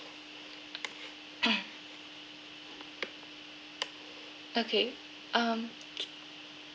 okay um